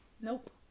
Nope